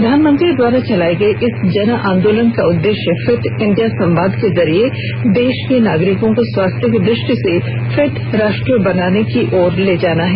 प्रधानमंत्री द्वारा चलाए गये इस जन आंदोलन का उद्देश्य फिट इंडिया संवाद के जरिये देश के नागरिकों को स्वास्थ्य की दृष्टि से फिट राष्ट्र बनाने की ओर ले जाना है